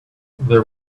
there